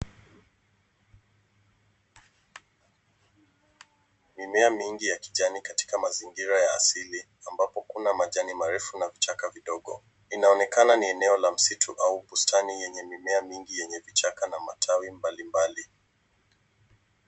Mimea mingi ya kijani katika mazingira ya asili ambapo kuna majani marefu na vichaka vidogo. Inaonekana ni eneo la msitu au bustani yenye mimea mingi yenye vichaka na matawi mbalimbali.